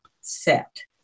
set